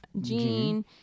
Gene